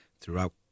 throughout